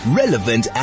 relevant